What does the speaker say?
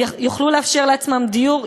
יוכלו לאפשר לעצמם דיור,